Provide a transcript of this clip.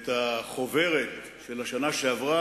לתת הנחות בארנונה,